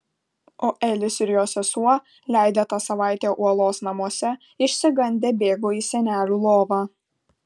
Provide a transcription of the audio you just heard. o elis ir jo sesuo leidę tą savaitę uolos namuose išsigandę bėgo į senelių lovą